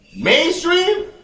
Mainstream